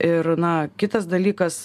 ir na kitas dalykas